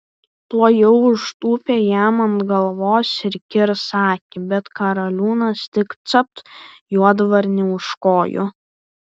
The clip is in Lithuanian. tuojau užtūpė jam ant galvos ir kirs akis bet karaliūnas tik capt juodvarnį už kojų